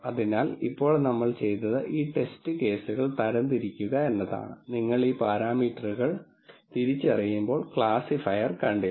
അതിനാൽ ഇപ്പോൾ നമ്മൾ ചെയ്തത് ഈ ടെസ്റ്റ് കേസുകൾ തരംതിരിക്കുക എന്നതാണ് നിങ്ങൾ ഈ പാരാമീറ്ററുകൾ തിരിച്ചറിയുമ്പോൾ ക്ലാസിഫയർ കണ്ടില്ല